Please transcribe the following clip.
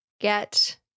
get